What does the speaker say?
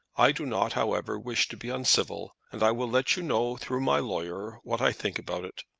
i do not, however, wish to be uncivil, and i will let you know through my lawyer what i think about it.